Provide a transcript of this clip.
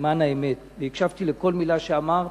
והקשבתי לכל מלה שאמרת.